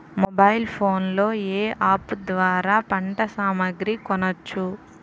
Mobile phone లో ఏ app ద్వారా పంట సామాగ్రి కొనచ్చు?